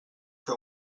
que